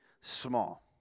small